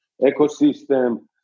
ecosystem